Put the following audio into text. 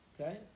Okay